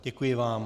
Děkuji vám .